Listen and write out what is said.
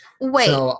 wait